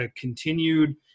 continued